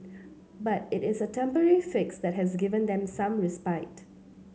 but it is a temporary fix that has given them some respite